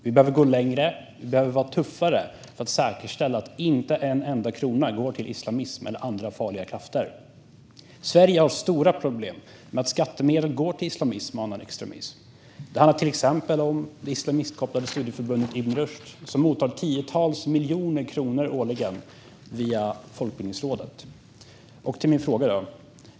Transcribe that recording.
Vi behöver gå längre och vara tuffare för att säkerställa att inte en enda krona går till islamism eller andra farliga krafter. Sverige har haft stora problem med att skattemedel går till islamism och annan extremism. Det handlar till exempel om det islamistkopplade studieförbundet Ibn Rushd, som mottar tiotals miljoner kronor årligen via Folkbildningsrådet.